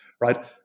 Right